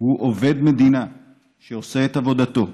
הוא עובד מדינה שעושה את עבודתו.